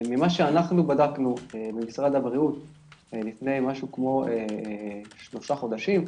ממה שאנחנו בדקנו במשרד הבריאות לפני כשלושה חודשים,